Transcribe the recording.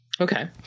Okay